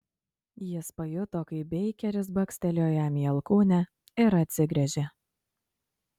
jis pajuto kaip beikeris bakstelėjo jam į alkūnę ir atsigręžė